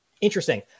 Interesting